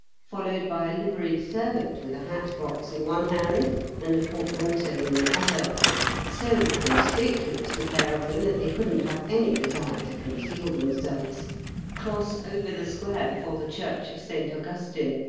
followed by a liveried servant with a hat-box in one hand and a portmanteau in the other so conspicuous, the pair of them, that they couldn't have any desire to conceal themselves cross over the square before the church of st. augustine,